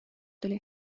tuli